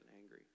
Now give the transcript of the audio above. angry